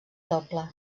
doble